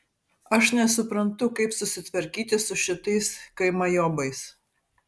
aš nesuprantu kaip susitvarkyti su šitais kaimajobais